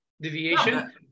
deviation